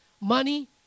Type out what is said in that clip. Money